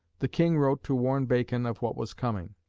the king wrote to warn bacon of what was coming.